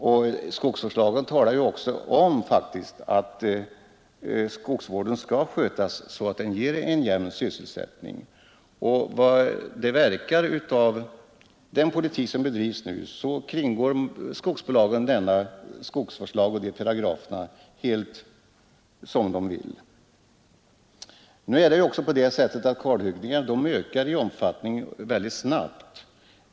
I skogsvårdslagen stadgas faktiskt att skogsvården skall skötas så att den ger en jämn sysselsättning. Som det verkar av den politik som bedrivs kringgår skogsbolagen skogsvårdslagens paragrafer helt som de själva vill. Nu är det också så att kalhyggena ökar i omfattning mycket snabbt.